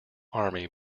army